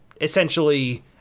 essentially